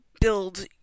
build